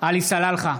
עלי סלאלחה,